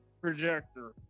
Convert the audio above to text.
projector